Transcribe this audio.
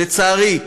לצערי,